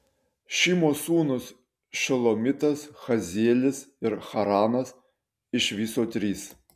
šimio sūnūs šelomitas hazielis ir haranas iš viso trys